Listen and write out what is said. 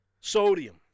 Sodium